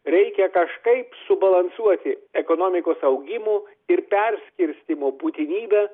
reikia kažkaip subalansuoti ekonomikos augimo ir perskirstymo būtinybę